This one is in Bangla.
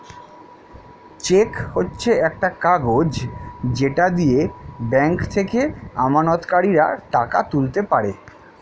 চেক হচ্ছে একটা কাগজ যেটা দিয়ে ব্যাংক থেকে আমানতকারীরা টাকা তুলতে পারে